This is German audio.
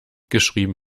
geschrieben